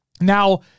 Now